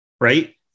right